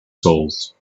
souls